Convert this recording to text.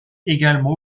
également